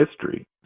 history